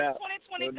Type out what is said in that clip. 2020